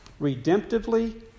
redemptively